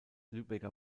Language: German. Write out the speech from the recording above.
lübecker